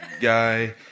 guy